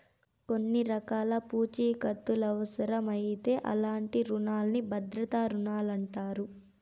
కొన్ని రకాల పూఛీకత్తులవుసరమవుతే అలాంటి రునాల్ని భద్రతా రుణాలంటారు